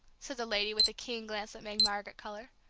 said the lady, with a keen glance that made margaret color.